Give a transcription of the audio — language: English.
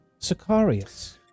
Sicarius